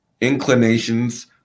inclinations